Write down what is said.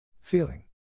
Feeling